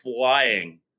flying